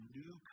new